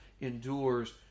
endures